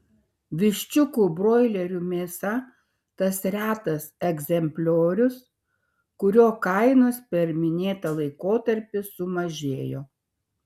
viščiukų broilerių mėsa tas retas egzempliorius kurio kainos per minėtą laikotarpį sumažėjo